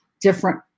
different